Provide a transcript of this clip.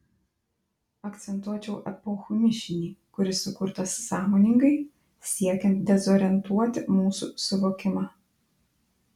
akcentuočiau epochų mišinį kuris sukurtas sąmoningai siekiant dezorientuoti mūsų suvokimą